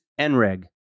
NREG